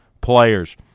players